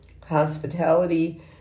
hospitality